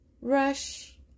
rush